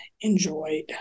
enjoyed